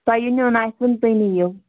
تۄہہِ یہِ نیُٚن آسِوُ تُہۍ نِیِو